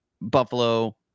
Buffalo